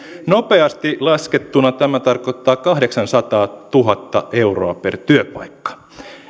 nopeasti laskettuna tämä tarkoittaa kahdeksansataatuhatta euroa per työpaikka